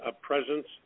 presence